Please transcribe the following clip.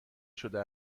شده